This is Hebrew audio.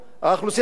האוכלוסייה הערבית,